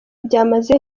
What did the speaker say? byamaze